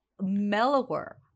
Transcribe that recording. mellower